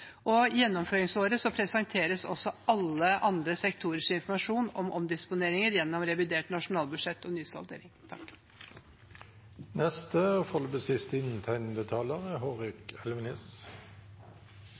og beslutte. I gjennomføringsåret presenteres også alle andre sektorers informasjon om omdisponeringer gjennom revidert nasjonalbudsjett og nysaldering. Ja, ydmykhet er krevende. Jeg tror også det er